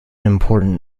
important